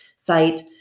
site